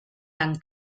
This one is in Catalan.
tan